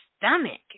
stomach